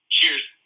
Cheers